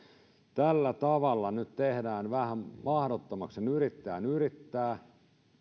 tällä tavalla nyt tehdään vähän mahdottomaksi sen yrittäjän yrittää